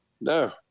no